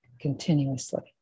continuously